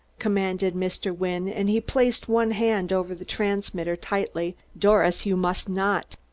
commanded mr. wynne, and he placed one hand over the transmitter tightly. doris, you must not!